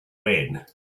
when